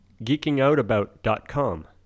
geekingoutabout.com